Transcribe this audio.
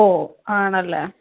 ഓ ആണല്ലേ